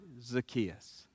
Zacchaeus